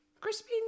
Crispy